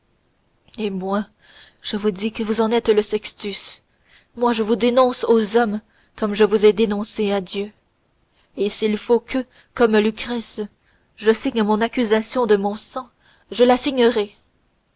et moi je dis que vous en êtes le sextus moi je vous dénonce aux hommes comme je vous ai déjà dénoncé à dieu et s'il faut que comme lucrèce je signe mon accusation de mon sang je la